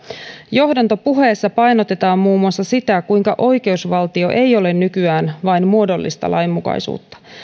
johdantopuheessa painotetaan muun muassa sitä kuinka oikeusvaltio ei ole nykyään vain muodollista lainmukaisuutta